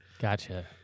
Gotcha